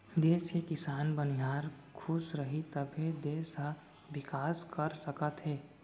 देस के किसान, बनिहार खुस रहीं तभे देस ह बिकास कर सकत हे